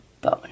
bone